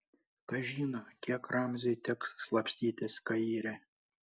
kas žino kiek ramziui teks slapstytis kaire